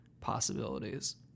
possibilities